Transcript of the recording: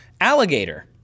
Alligator